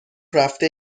رفته